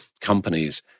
companies